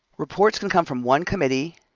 reports can come from one committee,